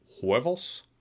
huevos